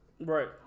Right